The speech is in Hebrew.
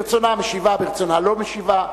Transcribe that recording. ברצונה משיבה, ברצונה לא משיבה,